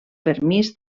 permís